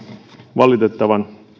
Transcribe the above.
valitettavan